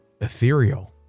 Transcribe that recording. Ethereal